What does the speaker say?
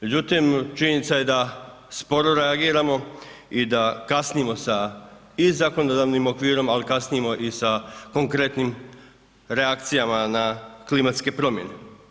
Međutim, činjenica je da sporo reagiramo i da kasnimo i sa zakonodavnim okvirom, ali kasnimo i sa konkretnim reakcijama na klimatske promjene.